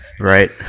Right